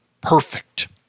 perfect